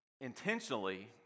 intentionally